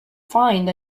find